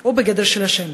או בגדר אשם.